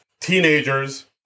teenagers